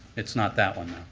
it's not that one.